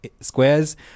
squares